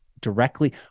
directly